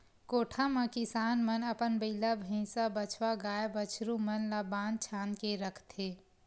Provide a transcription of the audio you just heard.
कोठा म किसान मन अपन बइला, भइसा, बछवा, गाय, बछरू मन ल बांध छांद के रखथे